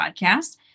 podcast